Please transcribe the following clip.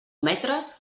metres